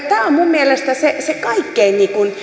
tämä on minun mielestäni se se kaikkein